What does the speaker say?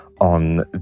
on